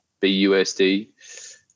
BUSD